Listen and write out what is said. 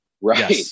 Right